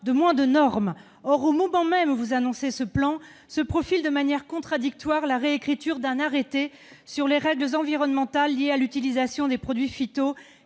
de moins de normes ! Or, au moment même où vous annoncez ce plan, se profile de manière contradictoire la réécriture d'un arrêté relatif aux règles environnementales sur l'utilisation des produits